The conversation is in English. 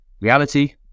reality